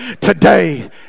today